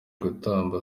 gutakamba